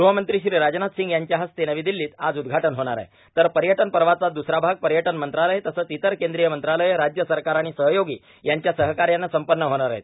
गृहमंत्री श्री राजनाथ सिंग यांच्या हस्ते नवी दिल्लीत आज उद्घाटन होणार आहे तर पर्यटन पर्वाचाच दुसरा भाग पर्यटन मंत्रालय तसंच इतर केंद्रीय मंत्रालय राज्य सरकार आणि सहयोगी यांच्या सहकार्यानं संपन्न होणार आहे